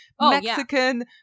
Mexican